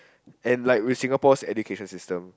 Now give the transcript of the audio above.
and like with Singapore's education system